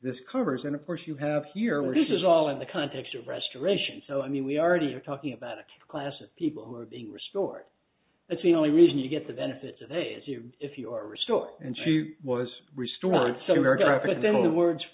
this covers and of course you have here where this is all in the context of restoration so i mean we already are talking about a class of people who are being restored that's the only reason you get the benefits as you if you are restored and she was restored so america after then